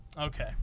Okay